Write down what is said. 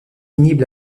inhibe